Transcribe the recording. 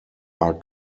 are